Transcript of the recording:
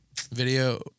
video